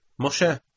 Moshe